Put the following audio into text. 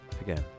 again